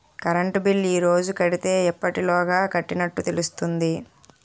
Current bill ఈ రోజు కడితే ఎప్పటిలోగా కట్టినట్టు తెలుస్తుంది?